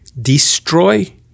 destroy